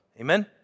Amen